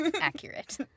accurate